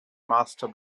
master